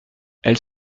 elle